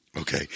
Okay